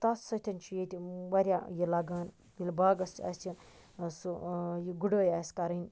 تتھ سۭتۍ چھُ ییٚتہِ واریاہ یہِ لَگان ییٚلہِ باغَس آسہِ سُہ یہِ گُڑٲے آسہِ کَرٕنۍ